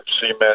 cement